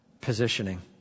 positioning